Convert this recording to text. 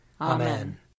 Amen